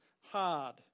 hard